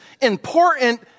important